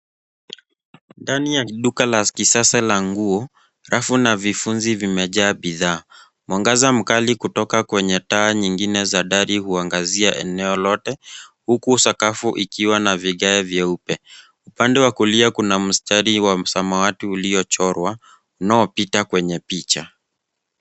Ndani ya duka la kisasa la nguo, rafu na vifunzi vimejaa bidhaa. Mwangaza mkali kutoka kwenye taa nyingine za dari huangazia eneo lote, huku sakafu ikiwa na vigae vyeupe. Upande wa kulia kuna mstari wa msamawati uliochorwa, unaopita kwenye picha.